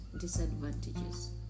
disadvantages